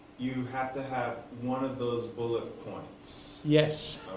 you have to have one of those bullet points? yes.